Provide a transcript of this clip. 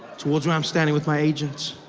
towards where i am standing with my agent.